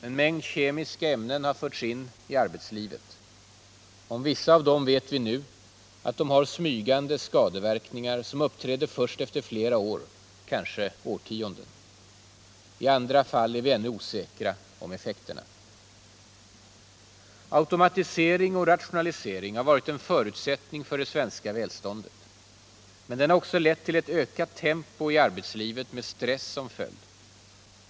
En mängd kemiska ämnen har förts in i arbetslivet. Om vissa av dessa vet vi nu, att de har smygande skadeverkningar, som uppträder först efter flera år, kanske årtionden. I andra fall är vi ännu osäkra om effekterna. Automatisering och rationalisering har varit en förutsättning för det svenska välståndet. Men dessa företeelser har också lett till ett ökat tempo i arbetslivet med stress som följd.